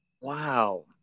Wow